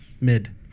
mid